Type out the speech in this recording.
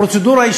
הפרוצדורה היא,